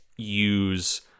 use